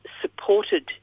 supported